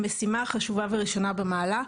משימה חשובה וראשונה במעלה.